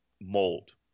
mold